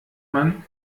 man